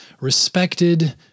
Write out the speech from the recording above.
respected